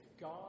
God